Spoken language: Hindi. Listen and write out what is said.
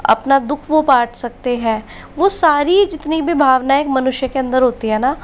अपना दुख वो बाट सकते हैं वो सारी जितनी भी भावनएं एक मनुष्य के अंदर होती है ना